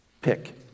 pick